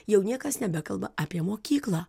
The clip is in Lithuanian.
jau niekas nebekalba apie mokyklą